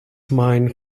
mine